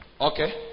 Okay